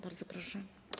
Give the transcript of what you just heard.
Bardzo proszę.